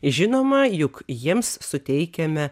žinoma juk jiems suteikiame